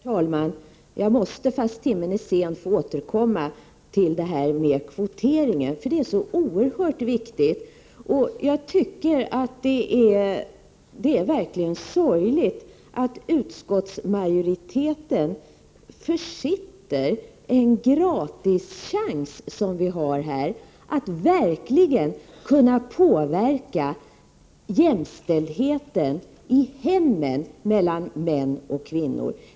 Herr talman! Jag måste, trots att timmen är sen, få återkomma till kvoteringen — den är så oerhört viktig. Det är verkligen sorgligt att utskottsmajoriteten försitter den gratischans som vi här har att ordentligt påverka jämställdheten mellan män och kvinnor i hemmen.